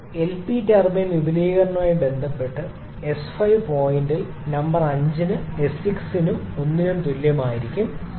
ഇപ്പോൾ LP turbine വിപുലീകരണവുമായി ബന്ധപ്പെട്ട എസ് 5 പോയിന്റ് നമ്പർ 5 ന് എസ് 6 നും 1 നും തുല്യമായിരിക്കണം